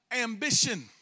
ambition